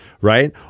right